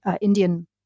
Indian